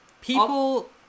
people